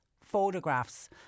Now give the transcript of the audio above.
photographs